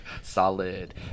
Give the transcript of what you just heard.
Solid